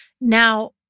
Now